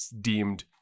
deemed